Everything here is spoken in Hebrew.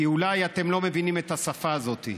כי אולי אתם לא מבינים את השפה הזאת.